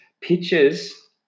pictures